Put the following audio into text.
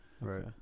Right